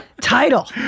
title